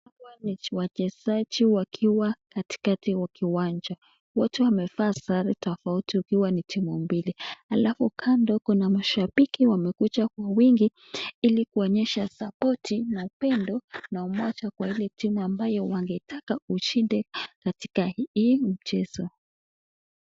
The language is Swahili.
Hawa ni wachezaji wakiwa katikati wa kiwanja wote wamevaa sare tofauti ukiwa ni timu mbili, alafu kando kuna mashabiki wamekuja kwa wingi ilikuwaonyesha support na upendo na umoja kwa ile timu ambayo wangetaka ushinde katika hii mchezo.